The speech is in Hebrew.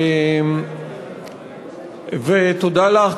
ותודה לך,